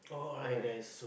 alright